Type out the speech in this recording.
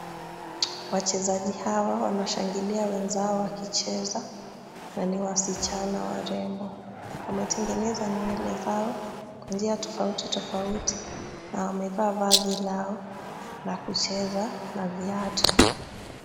Wachezaji hawa wanashangilia wenzao wakicheza na ni wasichana warembo. Wametengeneza nywele zao kwa njia tofauti tofauti na wamevaa vazi lao la kucheza na viatu.